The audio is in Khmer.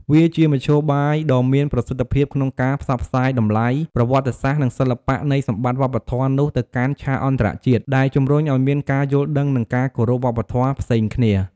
វាជាមធ្យោបាយដ៏មានប្រសិទ្ធភាពក្នុងការផ្សព្វផ្សាយតម្លៃ ប្រវត្តិសាស្ត្រ និងសិល្បៈនៃសម្បត្តិវប្បធម៌នោះទៅកាន់ឆាកអន្តរជាតិ ដែលជំរុញឱ្យមានការយល់ដឹង និងការគោរពវប្បធម៌ផ្សេងគ្នា។